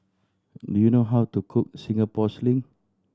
do you know how to cook Singapore Sling